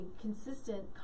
consistent